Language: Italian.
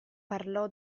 parlò